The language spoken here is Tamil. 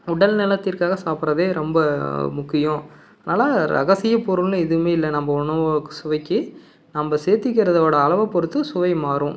உடல் நலத்திற்காக சாப்பிட்றதே ரொம்ப முக்கியம் அதனால் ரகசிய பொருள்னு எதுவுமே இல்லை நம்ம உணவு சுவைக்கு நம்ம சேத்துக்கிறதோட அளவை பொருத்து சுவை மாறும்